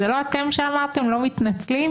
זה לא אתם שאמרתם "לא מתנצלים"?